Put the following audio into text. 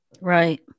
Right